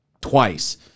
twice